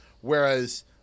whereas